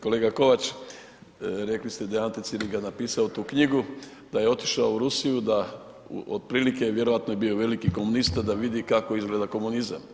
Kolega Kovač, rekli ste da je Ante Ciliga napisao tu knjigu, da je otišao u Rusiju, da otprilike je vjerojatno i bio veliki komunista da vidi kako izgleda komunizam.